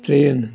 train